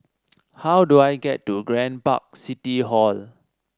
how do I get to Grand Park City Hall